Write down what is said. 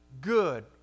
good